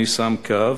אני שם קו,